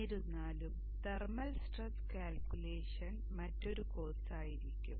എന്നിരുന്നാലും thermal stress calculation മറ്റൊരു കോഴ്സായിരിക്കും